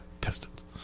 Pistons